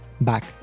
back